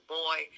boy